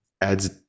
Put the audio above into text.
adds